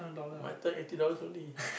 my time eighty dollars only